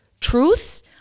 truths